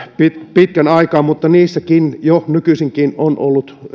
pitkän aikaa mutta niissäkin jo nykyisinkin on ollut